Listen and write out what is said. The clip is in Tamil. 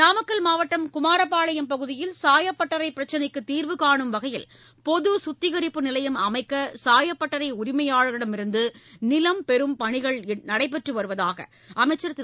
நாமக்கல் மாவட்டம் குமாரபாளையம் பகுதியில் சாயப்பட்டறை பிரச்சினைக்கு தீர்வு காணும் வகையில் பொது சுத்திகரிப்பு நிலையம் அமைக்க சாயப்பட்டறை உரிமையாளர்களிடமிருந்து நிலம் பெறும் பணிகள் நடைபெற்று வருவதாக அமைச்சர் திரு